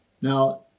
Now